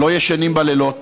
לא ישנים בלילות,